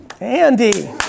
Andy